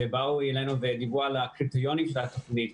כשבאו אלינו ודיברו על הקריטריונים של התוכנית.